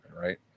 right